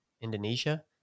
Indonesia